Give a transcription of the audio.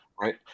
Right